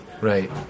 Right